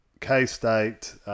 K-State